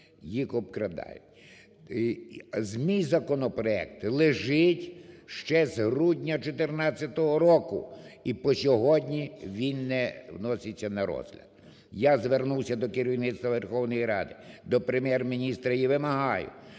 їх обкрадають. Мій законопроект лежить ще з грудня 2014 року, і по сьогодні він не вноситься на розгляд. Я звернувся до керівництва Верховної Ради, до Прем'єр-міністра і вимагаю,